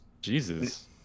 Jesus